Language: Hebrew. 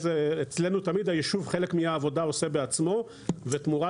אצלנו תמיד היישוב חלק מהעבודה הוא עושה בעצמו ותמורת